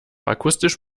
akustisch